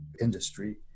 industry